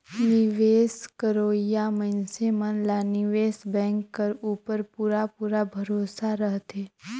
निवेस करोइया मइनसे मन ला निवेस बेंक कर उपर पूरा पूरा भरोसा रहथे